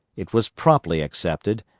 it was promptly accepted,